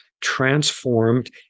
transformed